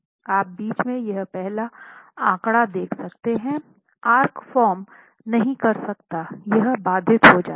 आप बीच में यह पहला आंकड़ा देख सकते हैं आर्क फार्म नहीं कर सकता यह बाधित हो जाता है